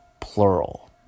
plural